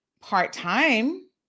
part-time